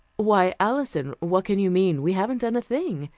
why, alison, what can you mean? we haven't done a thing,